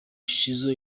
shizzo